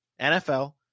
NFL